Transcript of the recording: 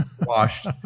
washed